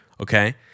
okay